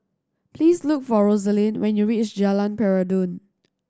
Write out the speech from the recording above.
please look for Rosalyn when you reach Jalan Peradun